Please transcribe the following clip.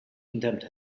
condemned